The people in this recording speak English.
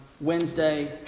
Wednesday